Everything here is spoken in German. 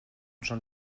schon